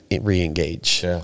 re-engage